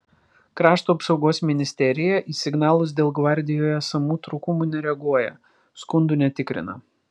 krašto apsaugos ministerija į signalus dėl gvardijoje esamų trūkumų nereaguoja skundų netikrina